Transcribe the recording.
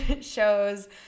shows